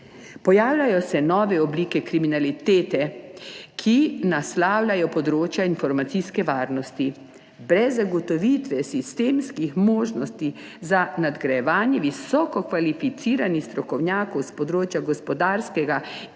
Pojavljajo se nove oblike kriminalitete, ki naslavljajo področja informacijske varnosti. Brez zagotovitve sistemskih možnosti za nadgrajevanje visoko kvalificiranih strokovnjakov s področja gospodarskega in